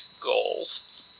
goals